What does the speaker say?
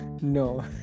No